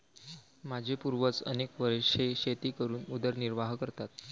माझे पूर्वज अनेक वर्षे शेती करून उदरनिर्वाह करतात